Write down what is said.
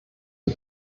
die